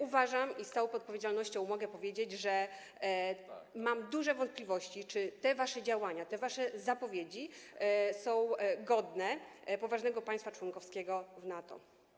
Uważam i z całą odpowiedzialnością mogę powiedzieć, że mam duże wątpliwości, czy te wasze działania, te wasze zapowiedzi są godne poważnego państwa członkowskiego NATO.